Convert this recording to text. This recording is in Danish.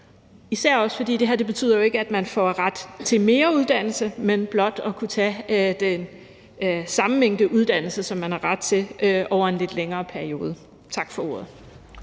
især også fordi det her jo ikke betyder, at man får ret til mere uddannelse, men blot ret til at kunne tage den samme mængde uddannelse, som man har ret til, over en lidt længere periode. Tak for ordet.